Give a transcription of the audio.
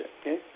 okay